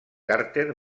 carter